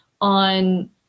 on